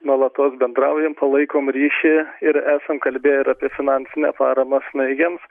nuolatos bendraujam palaikom ryšį ir esam kalbėję ir apie finansinę paramą snaigėms